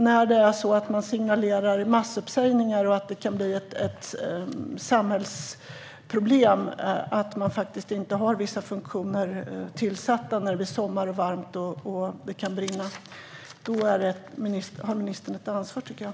Men när man signalerar massuppsägningar och att det kan bli ett samhällsproblem att man inte har vissa funktioner tillsatta när det blir sommar och varmt och när det kan brinna tycker jag att ministern har ett ansvar.